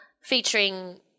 featuring